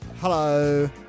Hello